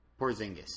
Porzingis